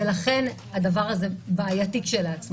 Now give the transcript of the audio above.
ולכן הדבר הזה בעייתי כשלעצמו.